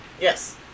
Yes